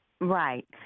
Right